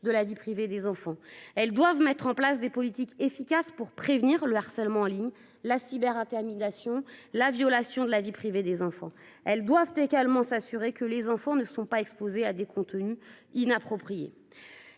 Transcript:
de la vie privée des plus jeunes. Elles doivent mettre en place des politiques efficaces pour prévenir le harcèlement en ligne, la cyberintimidation et la violation de la vie privée de ce public. Elles doivent également s'assurer qu'ils ne soient pas exposés à des contenus inappropriés.